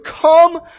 come